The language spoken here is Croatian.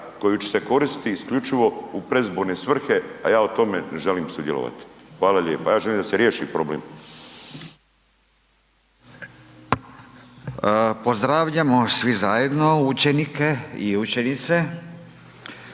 koju će se koristiti isključivo u predizborne svrhe, a ja u tome ne želim sudjelovati. Hvala lijepo. Ja želim da se riješi problem. **Radin, Furio (Nezavisni)** Pozdravljamo svi zajedno učenike i učenice